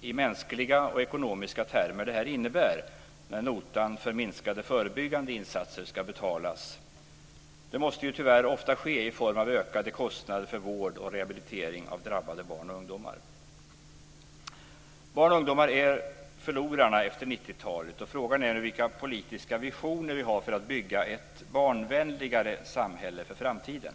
i mänskliga och ekonomiska termer detta innebär när notan för minskade förebyggande insatser ska betalas. Det måste tyvärr ofta ske i form av ökade kostnader för vård och rehabilitering av drabbade barn och ungdomar. Barn och ungdomar är förlorarna efter 90-talet, och frågan är nu vilka politiska visioner vi har för att bygga ett barnvänligare samhälle för framtiden.